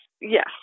Yes